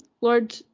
Lord